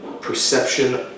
perception